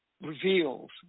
reveals